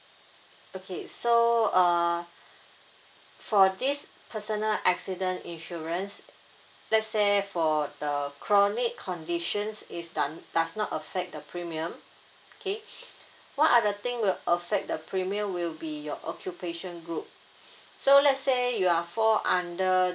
okay so uh for this personal accident insurance let's say for the chronic conditions it's done does not affect the premium okay what are the thing will affect the premium will be your occupation group so let's say you are fall under